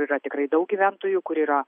yra tikrai daug gyventojų kur yra